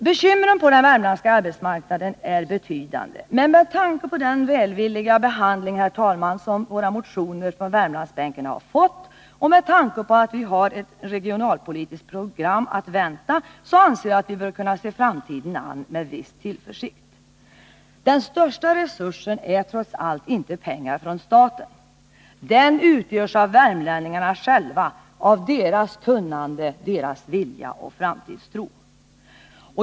Bekymren på den värmländska arbetsmarknaden är betydande, men med tanke på den välvilliga behandling som motionerna från Värmlandsbänken har fått och med tanke på att vi har en regionalpolitisk proposition att vänta, anser jag att vi bör kunna se framtiden an med viss tillförsikt. Den största resursen är trots allt inte pengar från staten! Den utgörs av värmlänningarna själva, av deras kunnande, vilja och framtidstro.